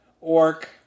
orc